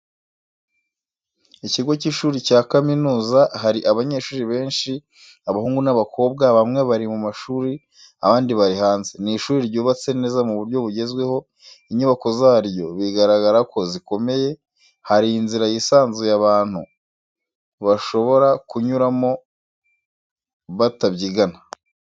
Ikigo cy'ishuri cya kaminuza, hari abanyeshuri benshi abahungu n'abakobwa, bamwe bari mu mashuri abandi bari hanze, ni ishuri ryubatse neza mu buryo bugezweho, inyubako zaryo bigaragara ko zikomeye, hari inzira yisanzuye abantu bashobora kunyuramo batabyigana.